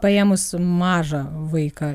paėmusi mažą vaiką